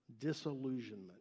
Disillusionment